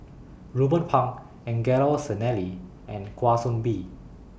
Ruben Pang Angelo Sanelli and Kwa Soon Bee